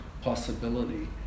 possibility